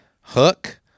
hook